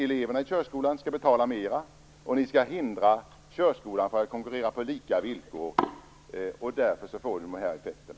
Eleverna i körskolan skall betala mera, och ni skall hindra körskolan från att konkurrera på lika villkor. Därför får det de här effekterna.